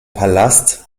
palast